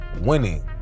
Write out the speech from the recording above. winning